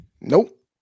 Nope